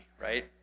right